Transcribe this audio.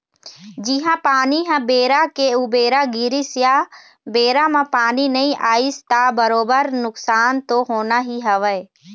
जिहाँ पानी ह बेरा के उबेरा गिरिस या बेरा म पानी नइ आइस त बरोबर नुकसान तो होना ही हवय